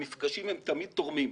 המפגשים הם תמיד תורמים.